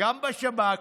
גם בשב"כ,